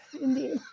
Indeed